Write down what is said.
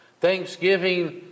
Thanksgiving